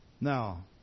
Now